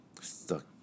stuck